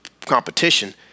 competition